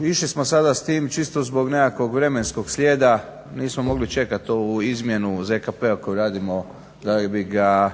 Išli smo sada s tim čisto zbog nekakvog vremenskog slijeda, nismo mogli čekat ovu izmjenu ZKP-a koju radimo da bi ga